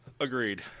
Agreed